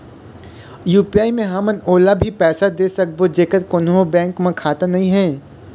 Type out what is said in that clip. UPI मे हमन ओला भी पैसा दे सकबो जेकर कोन्हो बैंक म खाता नई हे?